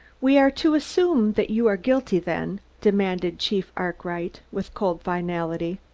we are to assume that you are guilty, then? demanded chief arkwright with cold finality.